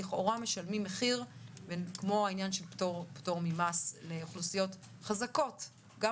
שלכאורה משלמים מחיר כמו עניין הפטור ממס לאוכלוסיות חזקות גם